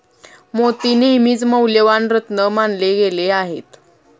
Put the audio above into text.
मोती नेहमीच मौल्यवान रत्न मानले गेले आहेत